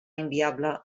inviable